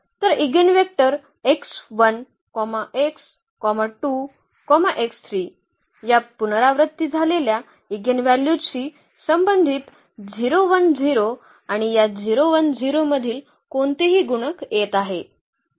तर eigenvector x 1 x 2 x 3 या पुनरावृत्ती झालेल्या इगेनव्ह्ल्यूजशी संबंधित 0 1 0 आणि या 0 1 0 मधील कोणतेही गुणक येत आहे